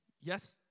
yes